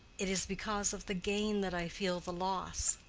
it is because of the gain that i feel the loss.